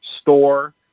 store